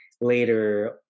later